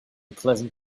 pleasant